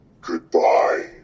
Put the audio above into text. goodbye